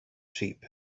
sheep